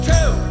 Two